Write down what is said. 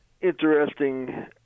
interesting